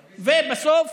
בסוף,